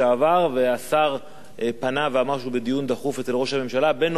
פנה ואמר שהוא בדיון דחוף אצל ראש הממשלה בנושא המסתננים.